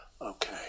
Okay